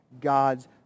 God's